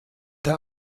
der